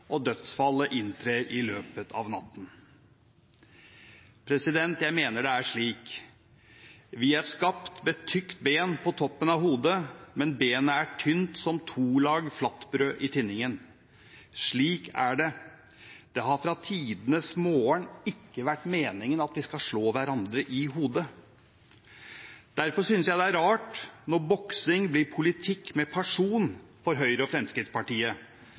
og dødsfallet inntrer i løpet av natten. Jeg mener det er slik: Vi er skapt med tykt ben på toppen av hodet, men benet er tynt som to lag flatbrød i tinningen. Slik er det. Det har fra tidenes morgen ikke vært meningen at vi skal slå hverandre i hodet. Derfor synes jeg det er rart når boksing blir politikk med pasjon for Høyre og Fremskrittspartiet,